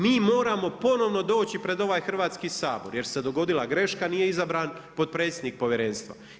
Mi moramo ponovno doći pred ova Hrvatski sabor jer se dogodila greška, nije izabran potpredsjednik povjerenstva.